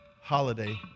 holiday